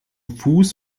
fuß